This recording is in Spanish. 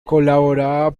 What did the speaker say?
colabora